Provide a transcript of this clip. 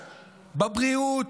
בבריאות,